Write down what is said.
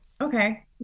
okay